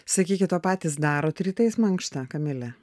sakykit o patys darot rytais mankštą kamile